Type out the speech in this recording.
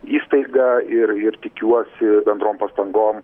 įstaiga ir ir tikiuosi bendrom pastangom